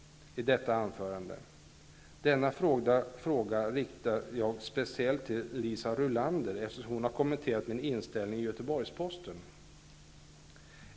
Denna fråga riktar jag speciellt till Liisa Rulander, eftersom hon har kommenterat min inställning i Göteborgsposten.